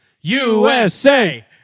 USA